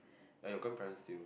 ya your grandparent still